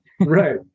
right